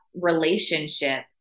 relationship